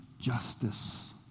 justice